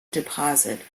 deposit